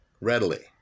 readily